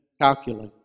calculate